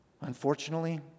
Unfortunately